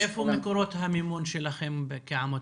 מאיפה מקורות המימון שלכם כעמותה?